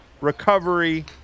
recovery